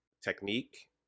technique